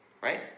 right